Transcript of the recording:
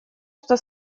что